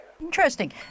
Interesting